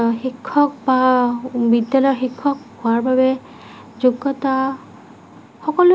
শিক্ষক বা বিদ্যালয়ৰ শিক্ষক হোৱাৰ বাবে যোগ্যতা